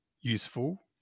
useful